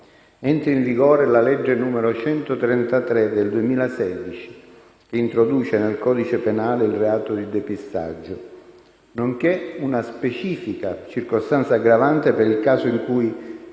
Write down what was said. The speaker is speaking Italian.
entri in vigore la legge n. 133 del 2016, che introduce nel codice penale il reato di depistaggio, nonché una specifica circostanza aggravante per il caso in cui